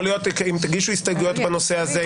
יכול להיות שאם תגישו הסתייגויות בנושא הזה,